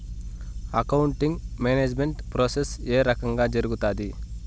accounting management process ఏ రకంగా జరుగుతాది